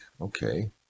okay